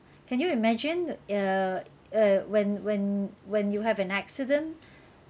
can you imagine err err when when when you have an accident